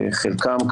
חלקם,